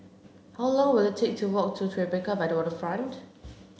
how long will it take to walk to Tribeca by the Waterfront